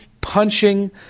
punching